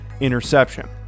interception